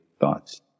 thoughts